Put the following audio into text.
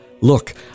Look